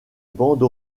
bande